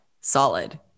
solid